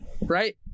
right